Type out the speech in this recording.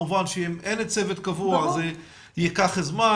מובן שאם אין צוות קבוע זה ייקח זמן,